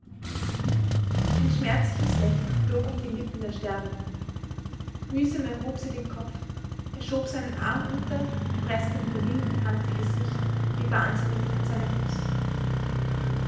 ein schmerzliches lächeln flog um die lippen der sterbenden mühsam erhob sie den kopf er schob seinen arm unter und preßte mit der linken hand ihr gesicht wie wahnsinnig an seine brust